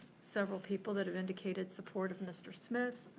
several people that have indicated support of mr. smith,